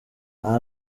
aya